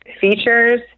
Features